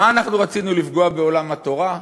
מה, אנחנו רצינו לפגוע בעולם התורה?